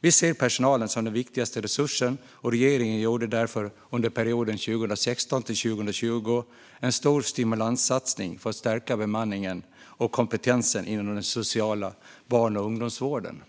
Vi ser personalen som den viktigaste resursen, och regeringen gjorde därför under perioden 2016-2020 en stor stimulanssatsning för att stärka bemanningen och kompetensen inom den sociala barn och ungdomsvården.